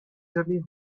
journey